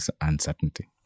uncertainty